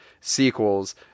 sequels